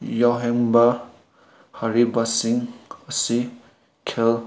ꯌꯥꯎꯍꯟꯕ ꯍꯥꯏꯔꯤꯕꯁꯤꯡ ꯑꯁꯤ ꯈꯜ